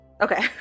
Okay